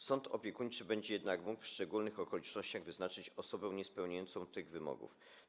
Sąd opiekuńczy będzie jednak mógł w szczególnych okolicznościach wyznaczyć osobę niespełniającą tych wymogów.